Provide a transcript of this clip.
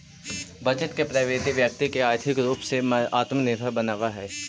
बचत के प्रवृत्ति व्यक्ति के आर्थिक रूप से आत्मनिर्भर बनावऽ हई